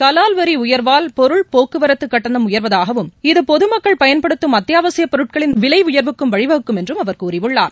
கலால் வரி உயர்வால் பொருள் போக்குவரத்துக் கட்டணம் உயர்வதாகவும் இது பொது மக்கள் பயன்படுத்தும் அத்தியாவசியப் பொருட்களின் விலை உயர்வுக்கும் வழிவகுக்கும் என்றும் அவர் கூறியுள்ளார்